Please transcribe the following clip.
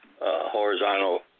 horizontal